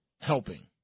helping